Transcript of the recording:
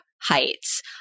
heights